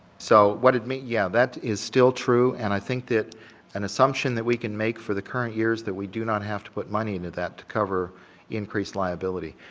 so, what it mean yeah, that is still true and i think that an assumption that we can make for the current years that we do not have to put money in to that to cover increased liability.